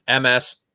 MS